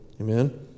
Amen